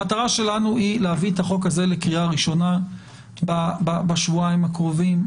המטרה שלנו היא להביא את החוק הזה לקריאה ראשונה בשבועיים הקרובים.